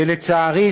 ולצערי,